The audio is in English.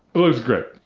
it looks great.